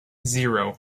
zero